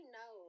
no